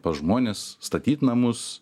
pas žmones statyt namus